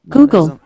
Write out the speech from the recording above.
Google